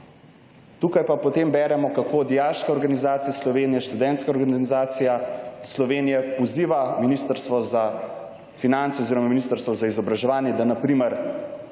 Tukaj pa potem beremo, kako dijaške organizacije Slovenije, Študentska organizacija Slovenije poziva Ministrstvo za finance oziroma Ministrstvo za izobraževanje, da na primer